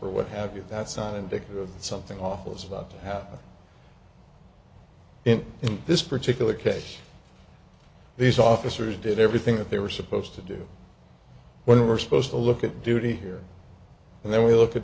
or what have you that's not indicative of something awful is about to happen in this particular case these officers did everything that they were supposed to do when we're supposed to look at duty here and then we look at